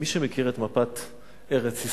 מי שמכיר את מפת ארץ-ישראל,